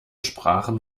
sprachen